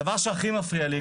הדבר שהכי מפריע לי,